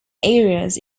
areas